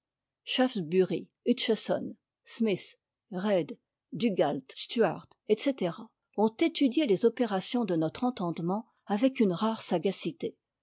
smith reid dugaldt stuart etc ont étudié les opérations de notre entendement avec une rare sagacité